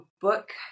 book